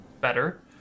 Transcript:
better